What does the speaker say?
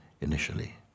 initially